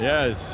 Yes